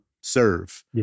serve